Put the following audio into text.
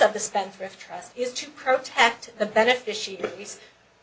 of the spendthrift trust is to protect the beneficiaries